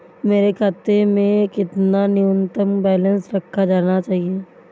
मेरे खाते में कितना न्यूनतम बैलेंस रखा जाना चाहिए?